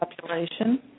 population